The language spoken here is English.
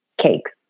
cakes